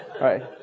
right